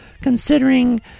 considering